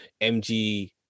MG